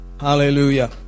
Hallelujah